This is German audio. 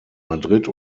madrid